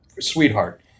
sweetheart